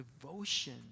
devotion